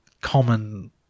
common